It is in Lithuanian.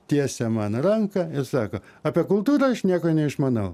tiesia man ranką ir sako apie kultūrą aš nieko neišmanau